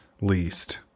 least